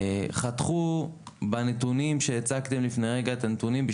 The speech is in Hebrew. חתכו בנתונים שהצגתם לפני רגע את הנתונים שהיו